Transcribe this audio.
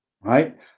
right